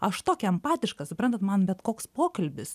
aš tokia empatiška suprantat man bet koks pokalbis